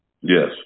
Yes